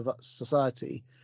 society